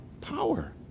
power